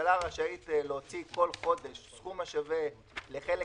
שהממשלה רשאית להוציא כל חודש סכום השווה לחלק